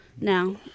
Now